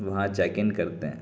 وہاں check in کرتے ہیں